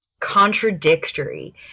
contradictory